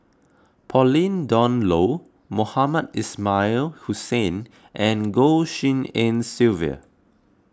Pauline Dawn Loh Mohamed Ismail Hussain and Goh Tshin En Sylvia